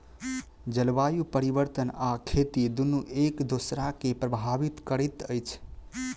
जलवायु परिवर्तन आ खेती दुनू एक दोसरा के प्रभावित करैत अछि